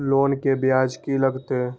Loan के ब्याज की लागते?